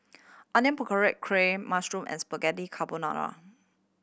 Onion Pakora Kheer Mushroom and Spaghetti Carbonara